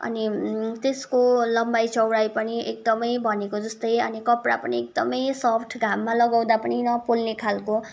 अनि त्यसको लम्बाइ चौडाइ पनि एकदमै भनेको जस्तै अनि कपडा पनि एकदमै सफ्ट घाममा लगाउँदा पनि नपोल्ने खालको